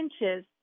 inches